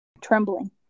trembling